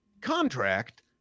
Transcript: contract